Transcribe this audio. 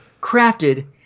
crafted